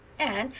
anne,